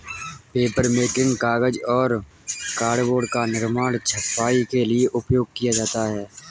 papermaking कागज और cardboard का निर्माण है छपाई के लिए उपयोग किया जाता है